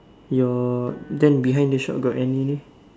your then behind the shop got any name